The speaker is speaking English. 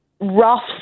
rough